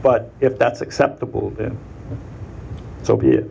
but if that's acceptable then so be it